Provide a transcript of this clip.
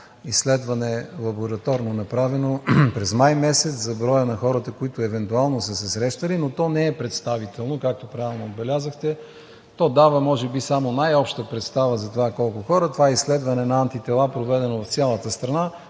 едно лабораторно направено изследване през месец май за броя на хората, които евентуално са се срещали, но то не е представително, както правилно отбелязахте. То дава може би само най-обща представа за това колко хора. Това изследване на антитела, проведено в цялата страна,